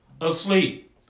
asleep